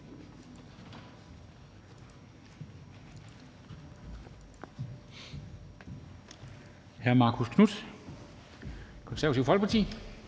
Hr. Marcus Knuth, Konservative Folkeparti.